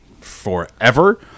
forever